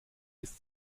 ist